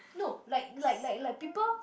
no like like like like people